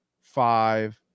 five